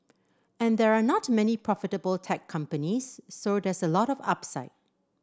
and there are not many profitable tech companies so there's a lot of upside